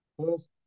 First